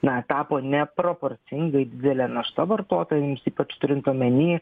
na tapo neproporcingai didelė našta vartotojams ypač turint omeny